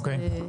אוקיי.